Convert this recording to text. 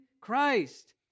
Christ